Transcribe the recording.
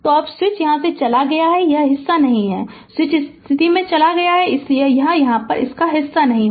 तो अब स्विच यहाँ चला गया है यह हिस्सा नहीं है स्विच इस स्थिति से चला गया है इसलिए यह हिस्सा नहीं है